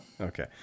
Okay